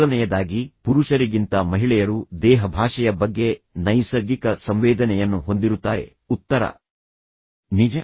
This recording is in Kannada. ಮೊದಲನೆಯದಾಗಿ ಪುರುಷರಿಗಿಂತ ಮಹಿಳೆಯರು ದೇಹ ಭಾಷೆಯ ಬಗ್ಗೆ ನೈಸರ್ಗಿಕ ಸಂವೇದನೆಯನ್ನು ಹೊಂದಿರುತ್ತಾರೆ ಉತ್ತರ ನಿಜ